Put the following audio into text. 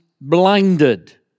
blinded